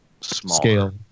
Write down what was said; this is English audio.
scale